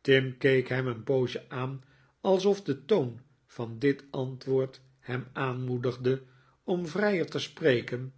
tim keek hem een poosje aan alsof de toon van dit antwoord hem aanmoedigde om vrijer te spreken